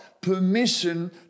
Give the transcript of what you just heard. permission